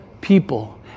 people